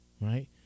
right